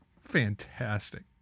fantastic